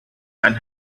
and